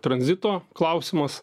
tranzito klausimas